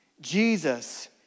Jesus